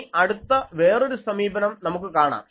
ഇനി അടുത്ത വേറൊരു സമീപനം നമുക്ക് കാണാം